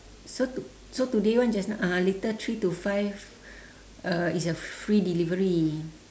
so to~ so today one just now uh later three to five uh it's a free delivery